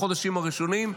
בחודשים הראשונים,